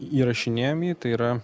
įrašinėjami jį tai yra